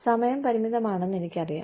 സമയം പരിമിതമാണെന്ന് എനിക്കറിയാം